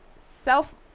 self